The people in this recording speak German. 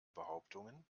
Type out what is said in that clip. behauptungen